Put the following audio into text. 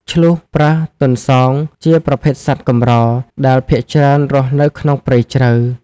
ឈ្លូស ប្រើស ទន្សោង ជាប្រភេទសត្វកម្រដែលភាគច្រើនរស់នៅក្នុងព្រៃជ្រៅ។